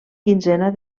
quinzena